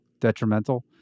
Detrimental